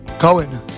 Cohen